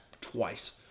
twice